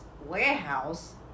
warehouse